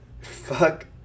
Fuck